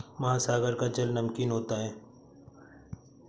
महासागर का जल नमकीन होता है